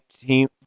team